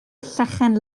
llechen